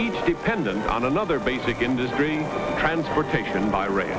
each dependent on another basic industry transportation by ra